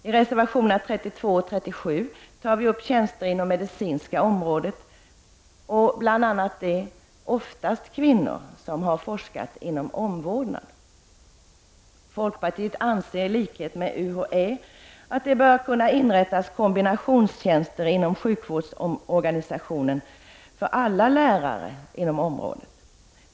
I reservationerna 32 och 37 tar vi upp frågan om tjänster inom det medicinska området och bl.a. dem, oftast kvinnor, som forskar om omvårdnad. Folkpartiet anser, i likhet med UHÄ, att det bör kunna inrättas kombinationstjänster inom sjukvårdsorganisationen för alla lärare inom det medicinska området.